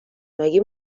مگه